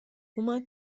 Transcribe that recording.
اومد